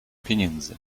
pieniędzy